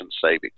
savings